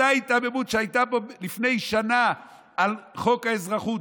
אותה היתממות שהייתה פה לפני שנה על חוק האזרחות,